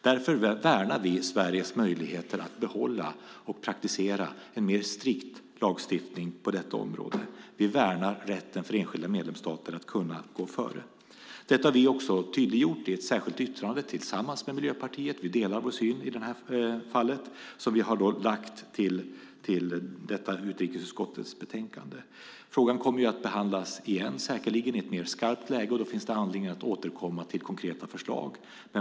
Därför värnar vi Sveriges möjligheter att behålla och praktisera en striktare lagstiftning på detta område. Vi värnar enskilda medlemsstaters rätt att kunna gå före. Detta har vi tillsammans med Miljöpartiet tydliggjort i ett särskilt yttrande - vi har samma syn i det här fallet - som är fogat till detta utlåtande från utrikesutskottet. Frågan kommer att behandlas igen, säkerligen då i ett skarpare läge. Då finns det anledning att återkomma till konkreta förslag.